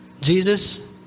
Jesus